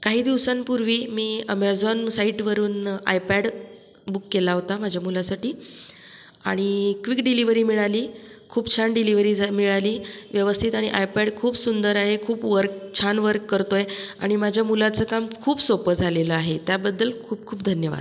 काही दिवसांपूर्वी मी अमेझॉन साईटवरून आयपॅड बुक केला होता माझ्या मुलासाठी आणि क्विक डिलिवरी मिळाली खूप छान डिलिवरी झा मिळाली व्यवस्थित आणि आयपॅड खूप सुंदर आहे खूप वर्क छान वर्क करतोय आणि माझ्या मुलाचं काम खूप सोपं झालेलं आहे त्याबद्दल खूप खूप धन्यवाद